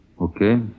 Okay